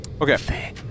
Okay